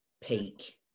peak